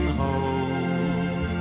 hold